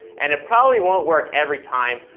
and it probably won't work every time,